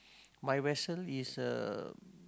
my vessel is a